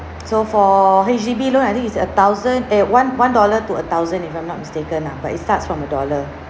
so for H_D_B loan I think it's a thousand eh one one dollar to a thousand if I'm not mistaken lah but it starts from a dollar